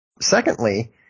Secondly